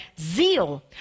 zeal